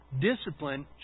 discipline